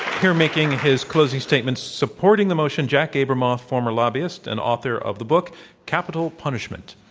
here making his closing statement supporting the motion, jack abramoff, former lobbyist and author of the book capital punishment.